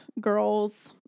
girls